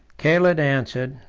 caled answered,